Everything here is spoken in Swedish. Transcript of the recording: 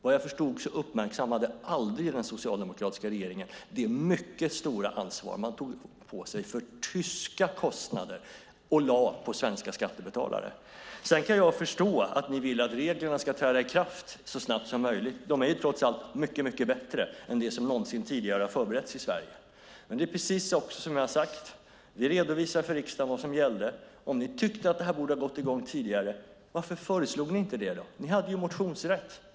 Vad jag förstod uppmärksammade aldrig den socialdemokratiska regeringen det mycket stora ansvar man tog på sig för tyska kostnader och lade på svenska skattebetalare. Jag kan förstå att ni vill att reglerna ska träda i kraft så snabbt som möjligt. De är trots allt mycket bättre än det som någonsin tidigare har förberetts i Sverige. Det är precis som jag har sagt. Vi redovisar för riksdagen vad som gällde. Om ni tyckte att det borde ha gått i gång tidigare, varför föreslog ni inte det? Ni hade motionsrätt.